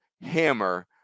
hammer